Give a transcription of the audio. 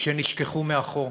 שנשכחו מאחור.